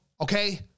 okay